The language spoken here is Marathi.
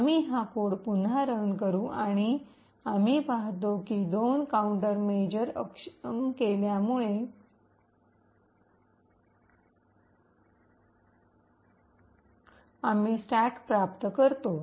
आम्ही हा कोड पुन्हा रन करू आणि आम्ही पाहतो की दोन काउंटरमेजरस प्रतिरोध अक्षम केल्यामुळे आम्ही स्टॅक प्राप्त करतो